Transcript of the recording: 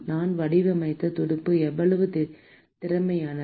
நான் வடிவமைத்த துடுப்பு எவ்வளவு திறமையானது